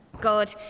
God